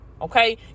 Okay